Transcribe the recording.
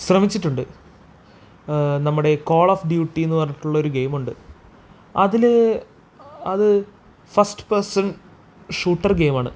ശ്രമിച്ചിട്ടുണ്ട് നമ്മുടെ Call of Duty എന്നു പറഞ്ഞിട്ടുള്ളൊരു ഗെയിമുണ്ട് അതില് അത് ഫസ്റ്റ് പേഴ്സൺ ഷൂട്ടർ ഗെയിമാണ്